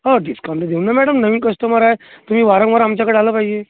हो डिस्काउंट तर देऊ ना मॅडम नवीन कस्टमर आहे तुम्ही वारंवार आमच्याकडं आलं पाहिजे